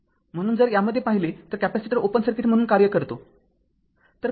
म्हणून जर त्यामध्ये पाहिले तर कॅपेसिटर ओपन सर्किट म्हणून कार्य करतो